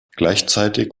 gleichzeitig